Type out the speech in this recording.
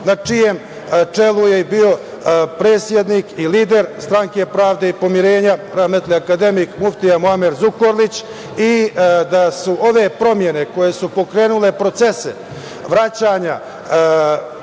na čijem čelu je i bio predsednik i lider SPP rahmetli akademik muftija Muamer Zukorlić i da su ove promene koje su pokrenule procese vraćanja